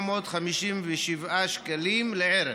8,757 שקלים לערך.